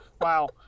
Wow